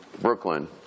Brooklyn